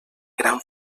gran